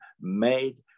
made